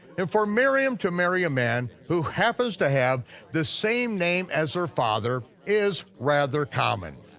and for miriam to marry a man who happens to have the same name as her father, is rather common.